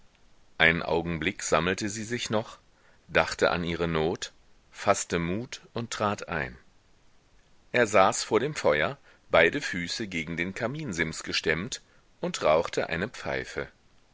einen augenblick sammelte sie sich noch dachte an ihre not faßte mut und trat ein er saß vor dem feuer beide füße gegen den kaminsims gestemmt und rauchte eine pfeife